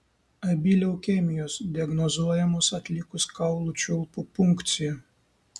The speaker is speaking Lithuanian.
abi leukemijos diagnozuojamos atlikus kaulų čiulpų punkciją